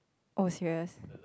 oh serious